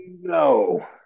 No